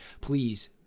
please